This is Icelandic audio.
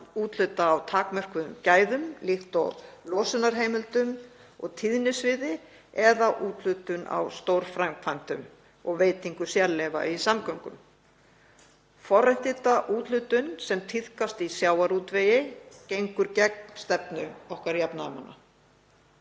úthluta á takmörkuðum gæðum líkt og losunarheimildum og tíðnisviði, eða úthlutun á stórframkvæmdum og veitingu sérleyfa í samgöngum. Forréttindaúthlutun sem tíðkast í sjávarútvegi gengur gegn stefnu okkar jafnaðarmanna.